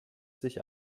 sich